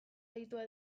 aditua